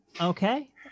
Okay